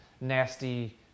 nasty